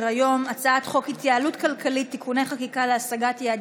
בנושא: דוח מרכז המחקר והמידע של הכנסת מצביע על